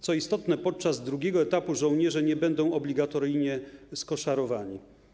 Co istotne, podczas drugiego etapu żołnierze nie będą obligatoryjnie skoszarowani.